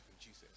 Jesus